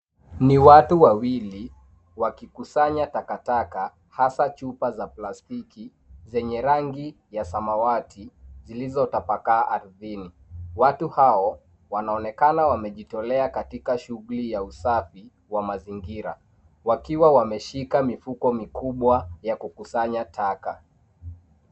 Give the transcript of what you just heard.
Ni watu wawili wakikusanya takataka hasa chupa za plastiki zenye rangi ya samawati zilizo tapakaa ardhini. Watu hao wanaonekana wamejitolea katika shughuli za usafi wa mazingira wakiwa wameshika mifuko mikubwa ya kusanya taka.